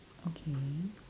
okay